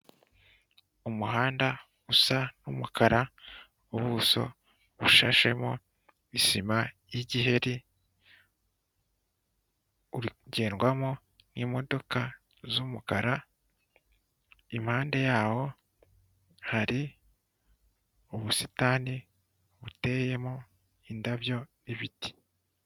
Umuhanda usa n'umukara, ubuso bushashemo isima y'igiheri, uri kugendwamo n'imodoka z'umukara, impande yawo hari ubusitani buteyemo indabyo n'ibiti.